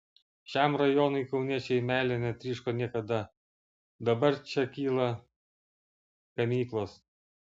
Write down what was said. šiam rajonui kauniečiai meile netryško niekada dabar čia kyla gamyklos